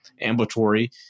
ambulatory